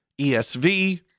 ESV